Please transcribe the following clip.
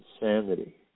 insanity